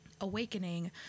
awakening